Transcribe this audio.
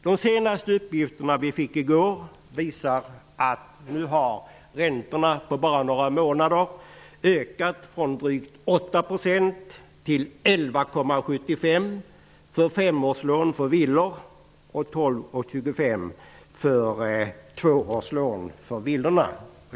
De senaste uppgifterna som vi fick i går visar att räntorna på bara några månader har ökat från 8 % till 11,75 % för femåriga villalån och till 12,25 % för tvååriga villalån.